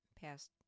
past